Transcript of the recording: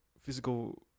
physical